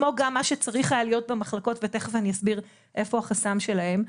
כמו גם מה שצריך היה להיות במחלקות ותיכף אני אסביר איפה החסם שלהם,